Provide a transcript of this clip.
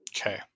Okay